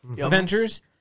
Avengers